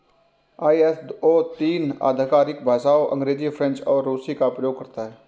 ISO तीन आधिकारिक भाषाओं अंग्रेजी, फ्रेंच और रूसी का प्रयोग करता है